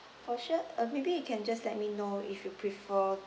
for sure uh maybe you can just let me know if you prefer